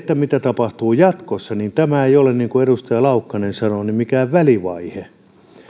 mitä tapahtuu jatkossa tämä ei ole niin kuin edustaja laukkanen sanoi mikään välivaihe